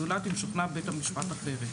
זולת אם שוכנע בית המשפט אחרת".